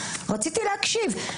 רציתי להקשיב,